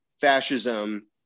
fascism